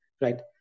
right